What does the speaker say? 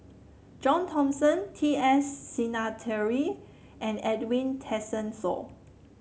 John Thomson T S Sinnathuray and Edwin Tessensohn